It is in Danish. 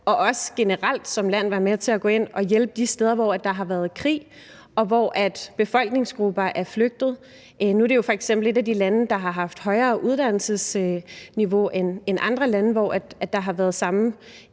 og også generelt som land være med til at gå ind og hjælpe de steder, hvor der har været krig, og hvor befolkningsgrupper er flygtet. Nu er det jo f.eks. et af de lande, der har haft højere uddannelsesniveau end andre lande, hvorfra der har været samme